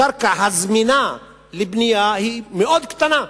הקרקע הזמינה לבנייה היא מאוד קטנה,